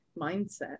mindset